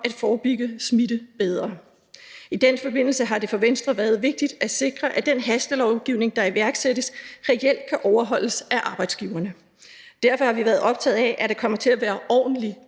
at forebygge smitte bedre. I den forbindelse har det for Venstre været vigtigt at sikre, at den hastelovgivning, der iværksættes, reelt kan overholdes af arbejdsgiverne. Derfor har vi været optaget af, at der kommer til at være ordentlig